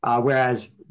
Whereas